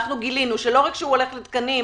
אנחנו גילינו שלא רק שהוא הולך לתקנים,